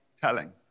telling